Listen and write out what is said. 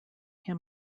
him